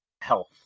health